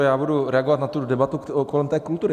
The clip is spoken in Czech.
Já budu reagovat na tu debatu kolem kultury.